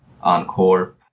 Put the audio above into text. Encore